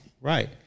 Right